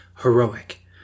heroic